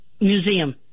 Museum